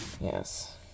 Yes